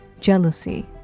Jealousy